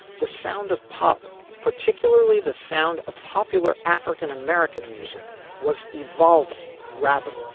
the sound of pop particularly the sound of popular african-american music was evolving rapidly